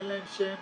אין להם שם,